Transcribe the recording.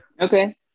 Okay